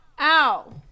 Ow